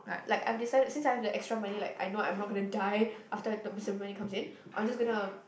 like I've decided since I've the extra money like I know I'm not gonna die after the bursary money comes in I'll just gonna